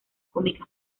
cómicas